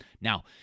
Now